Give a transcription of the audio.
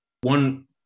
One